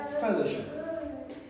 fellowship